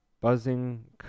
buzzing